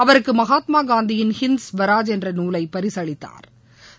அவருக்கு மகாத்மா காந்தியின் ஹிந்த் ஸ்வராஜ் என்ற நூலை பரிசளித்தாா்